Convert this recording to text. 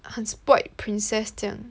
很 spoilt princess 这样